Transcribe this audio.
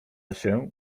się